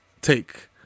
take